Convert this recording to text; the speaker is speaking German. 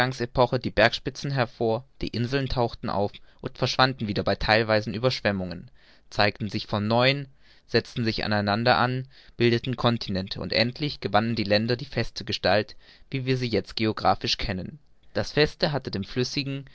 die bergspitzen hervor die inseln tauchten auf verschwanden wieder bei theilweisen ueberschwemmungen zeigten sich von neuem setzten sich an einander an bildeten continente und endlich gewannen die länder die feste gestalt wie wir sie jetzt geographisch kennen das feste hatte dem flüssigen